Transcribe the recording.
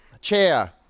Chair